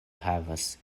havas